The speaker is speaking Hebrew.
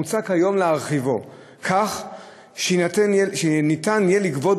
מוצע כעת להרחיבו כך שניתן יהיה לגבות